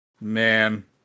Man